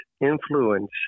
influence